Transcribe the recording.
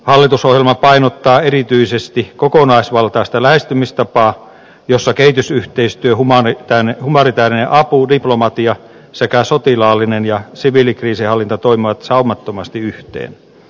hallitusohjelma painottaa erityisesti kokonaisvaltaista lähestymistapaa jossa kehitysyhteistyö humanitäärinen apu diplomatia sekä sotilaallinen ja siviilikriisinhallinta toimivat saumattomasti yhteen